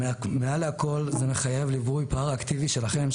ומעל לכל זה מחייב ליווי פרא-אקטיבי שלכן,